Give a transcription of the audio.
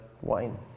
wine